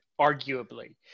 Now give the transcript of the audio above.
arguably